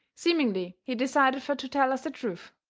seemingly he decided fur to tell us the truth.